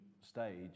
stage